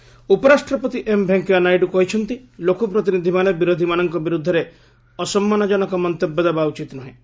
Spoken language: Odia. ନାଇଡୁ ବିଜୟୱାଡା ଉପରାଷ୍ଟ୍ରପତି ଏମ ଭେଙ୍କୟାନାଇଡୁ କହିଛନ୍ତି ଲୋକ ପ୍ରତିନିଧିମାନେ ବିରୋଧୀମାନଙ୍କ ବିରୁଦ୍ଧରେ ଅସମ୍ମାନଜନକ ମନ୍ତବ୍ୟ ଦେବା ଉଚିତ ନୁହେଁ